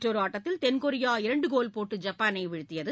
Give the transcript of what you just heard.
மற்றொரு ஆட்டத்தில் தென்கொரியா இரண்டு கோல் போட்டு ஜப்பானை வீழ்த்தியது